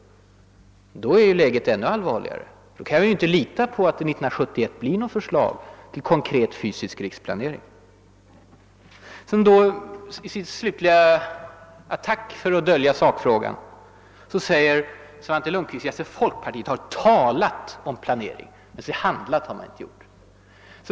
I så fall är läget ännu allvarligare. Då kan vi ju inte lita på att det 1971 kommer något förslag till konkret fysisk riksplanering. I sin slutliga attack för att dölja sakfrågan sade Svante Lundkvist att foikpartiet har >»talat« om planering, men handlat har man inte gjort.